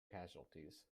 casualties